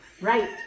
right